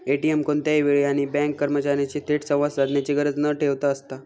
ATM कोणत्याही वेळी आणि बँक कर्मचार्यांशी थेट संवाद साधण्याची गरज न ठेवता असता